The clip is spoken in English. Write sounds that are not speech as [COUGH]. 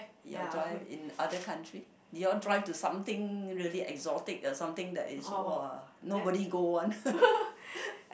your drive in other country did you all drive to something really exotic like something that is !woah! nobody go one [LAUGHS]